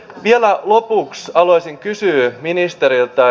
vielä lopuksi haluaisin kysyä ministeriltä